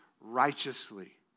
righteously